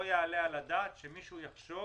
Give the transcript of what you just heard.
לא יעלה על הדעת שמישהו יחשוב